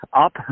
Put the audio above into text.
up